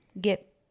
get